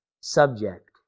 subject